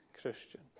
Christian